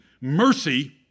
mercy